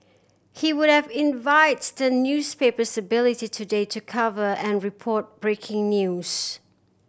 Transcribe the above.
he would have envied the newspaper's ability today to cover and report breaking news